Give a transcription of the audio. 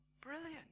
brilliant